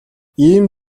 ийм